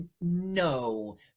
no